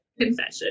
Confession